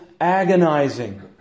agonizing